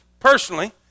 Personally